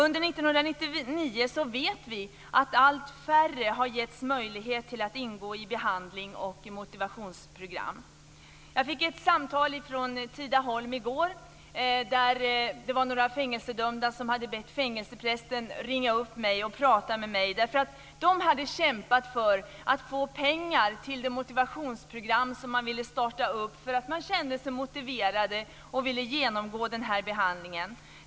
Vi vet att allt färre under 1999 har getts möjlighet till att ingå i behandlings och motivationsprogram. Jag fick ett samtal från Tidaholm i går. Det var några fängelsedömda som hade bett fängelseprästen att ringa upp mig och tala med mig. De hade kämpat för att få pengar till det motivationsprogram som de ville starta därför att de kände sig motiverade och ville genomgå den här behandlingen.